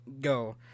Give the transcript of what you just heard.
go